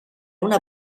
una